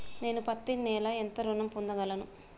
నేను పత్తి నెల ఎంత ఋణం పొందగలను?